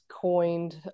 coined